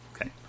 Okay